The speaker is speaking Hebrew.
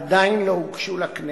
עדיין לא הוגשו לכנסת,